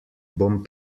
bom